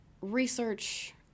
research